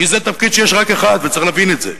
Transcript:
כי זה תפקיד שיש רק אחד וצריך להבין את זה.